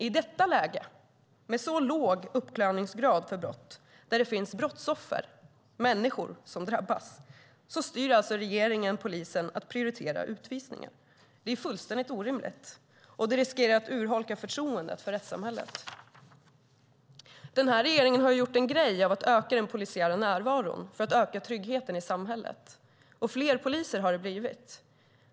I detta läge med så låg uppklaringsgrad för brott, där det finns brottsoffer och människor som drabbas, styr alltså regeringen polisen att prioritera utvisningar. Det är fullständigt orimligt, och det riskerar att urholka förtroendet för rättssamhället. Den här regeringen har gjort en grej av att öka den polisiära närvaron för att öka tryggheten i samhället. Och fler poliser har det blivit.